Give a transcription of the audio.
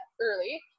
early